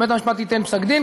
בית-המשפט ייתן פסק-דין.